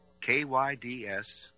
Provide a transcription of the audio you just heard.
KYDS